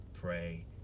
pray